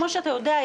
כפי שאתה יודע,